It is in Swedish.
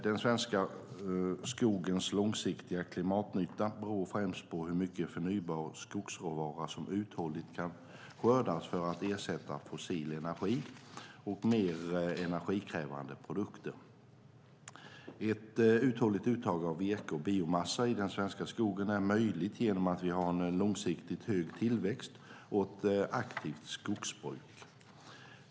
Den svenska skogens långsiktiga klimatnytta beror främst på hur mycket förnybar skogsråvara som uthålligt kan skördas för att ersätta fossil energi och mer energikrävande produkter. Ett uthålligt uttag av virke och biomassa i den svenska skogen är möjligt genom att vi har en långsiktigt hög tillväxt och ett aktivt skogsbruk.